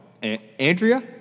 Andrea